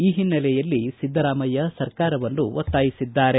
ಈ ಹಿನ್ನೆಲೆಯಲ್ಲಿ ಸಿದ್ದರಾಮಯ್ಯ ಸರ್ಕಾರವನ್ನು ಒತ್ತಾಯಿಸಿದ್ದಾರೆ